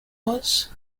was